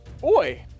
boy